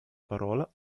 parola